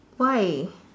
why